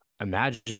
imagine